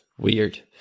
weird